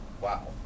wow